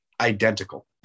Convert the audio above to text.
identical